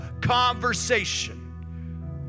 conversation